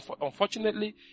Unfortunately